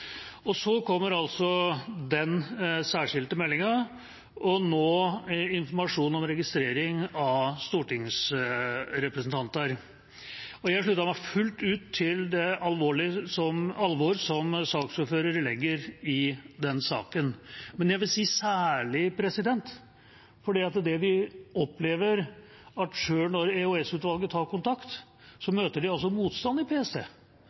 Så kom altså den særskilte meldinga, og nå informasjon om registrering av stortingsrepresentanter. Jeg slutter meg fullt ut til det alvoret saksordføreren legger i den saken. Jeg vil si særlig fordi vi opplever at selv når EOS-utvalget tar kontakt, møter de motstand i PST;